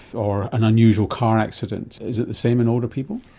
or an unusual car accident is it the same in older people?